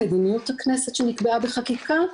מדיניות הכנסת שנקבעה בחקיקה,